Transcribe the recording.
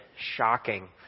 shocking